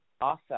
Awesome